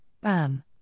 BAM